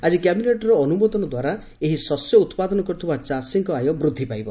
ଆଜି କ୍ୟାବିନେଟ୍ର ଅନୁମୋଦନ ଦ୍ୱାରା ଏହି ଶସ୍ୟ ଉତ୍ପାଦନ କରୁଥିବା ଚାଷୀଙ୍କ ଆୟ ବୃଦ୍ଧି ପାଇବ